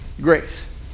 Grace